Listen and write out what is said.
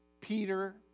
Peter